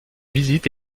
visites